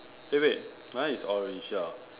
eh wait my is orange ya